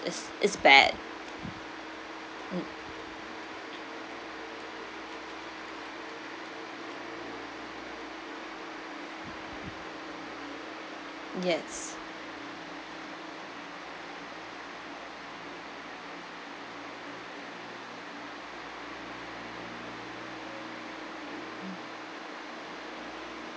it's it's bad mm yes